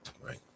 Right